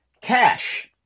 cash